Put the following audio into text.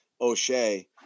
o'shea